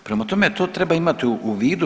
Prema tome, to treba imati u vidu.